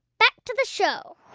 back to the show